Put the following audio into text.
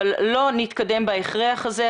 אבל לא נטפל בהכרח הזה.